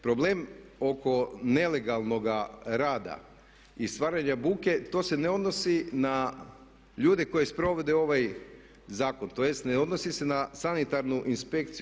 Problem oko nelegalnoga rada i stvaranja buke, to se ne odnosi na ljude koji sprovode ovaj zakon, tj. ne odnosi se na sanitarnu inspekciju.